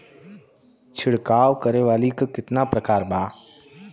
छिड़काव करे वाली क कितना प्रकार बा?